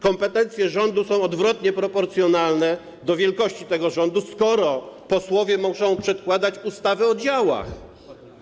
Kompetencje rządu są odwrotnie proporcjonalne do wielkości tego rządu, skoro posłowie muszą przedkładać ustawy o działach.